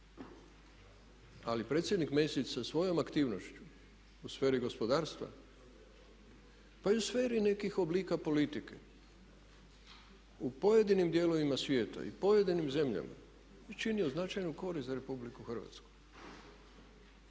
Ali predsjednik Mesić sa svojom aktivnošću u sferi gospodarstva, pa i u sferi nekih oblika politike u pojedinim dijelovima svijeta i pojedinim zemljama je činio značajnu korist za Republiku Hrvatsku.